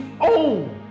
own